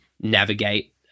navigate